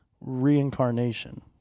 Reincarnation